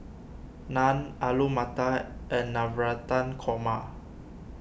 Naan Alu Matar and Navratan Korma